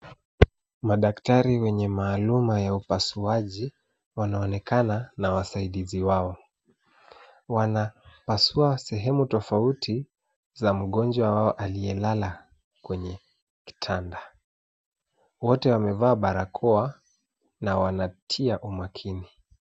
Madaktari wenye maalum ya upasuaji wanaonekana na wasaidizi wao. Wanapasua sehemu tofauti za mgonjwa wao aliye lala kwenye kitanda. Wote wamevaa barakoa na wanatia umakini.